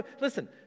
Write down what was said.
Listen